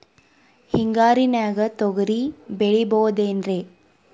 ಹಿಂಗಾರಿನ್ಯಾಗ ತೊಗ್ರಿ ಬೆಳಿಬೊದೇನ್ರೇ?